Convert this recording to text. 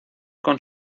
con